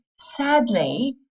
sadly